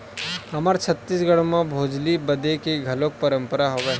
हमर छत्तीसगढ़ म भोजली बदे के घलोक परंपरा हवय